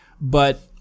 But-